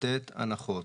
לתת הנחות.